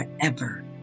forever